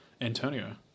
Antonio